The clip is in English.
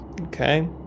Okay